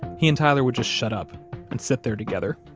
he and tyler would just shut up and sit there together,